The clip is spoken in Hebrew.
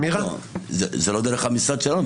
זה לא דרך המשרד שלנו,